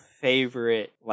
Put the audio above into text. favorite